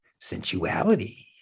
sensuality